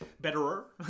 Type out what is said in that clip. betterer